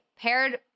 paired